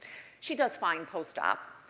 she does fine post-op.